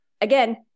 again